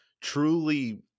truly